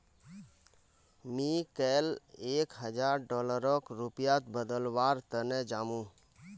मी कैल एक हजार डॉलरक रुपयात बदलवार तने जामु